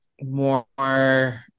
more